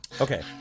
Okay